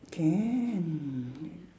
can